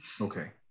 Okay